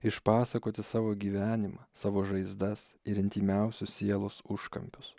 išpasakoti savo gyvenimą savo žaizdas ir intymiausius sielos užkampius